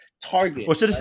Target